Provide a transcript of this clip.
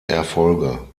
erfolge